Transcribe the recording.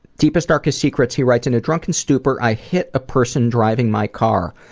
deepest, darkest secrets? he writes, in a drunken stupor, i hit a person driving my car.